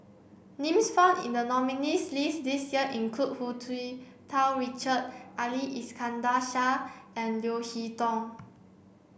names found in the nominees' list this year include Hu Tsu Tau Richard Ali Iskandar Shah and Leo Hee Tong